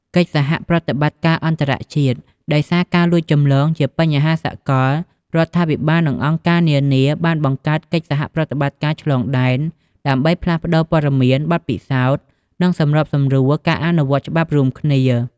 កិច្ចសហប្រតិបត្តិការអន្តរជាតិ ដោយសារការលួចចម្លងជាបញ្ហាសកល រដ្ឋាភិបាល និងអង្គការនានាបានបង្កើតកិច្ចសហប្រតិបត្តិការឆ្លងដែន ដើម្បីផ្លាស់ប្តូរព័ត៌មាន បទពិសោធន៍ និងសម្របសម្រួលការអនុវត្តច្បាប់រួមគ្នា។